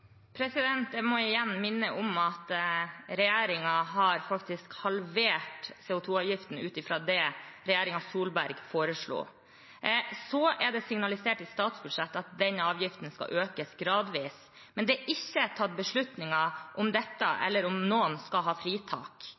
Jeg må igjen minne om at regjeringen faktisk har halvert CO 2 -avgiften sammenlignet med det Solberg-regjeringen foreslo. Så er det i statsbudsjettet signalisert at denne avgiften skal økes gradvis, men det er ikke tatt noen beslutning om dette eller om noen skal ha fritak.